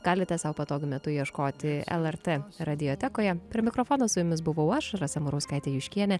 galite sau patogiu metu ieškoti lrt radijotekoje prie mikrofono su jumis buvau aš rasa murauskaitė juškienė